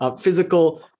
physical